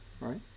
right